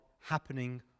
happening